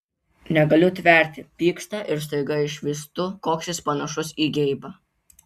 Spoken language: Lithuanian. negaliu tverti pyksta ir staiga išvystu koks jis panašus į geibą